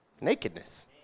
nakedness